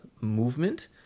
movement